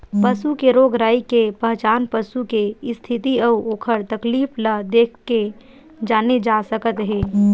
पसू के रोग राई के पहचान पसू के इस्थिति अउ ओखर तकलीफ ल देखके जाने जा सकत हे